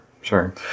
sure